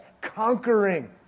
conquering